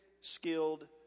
skilled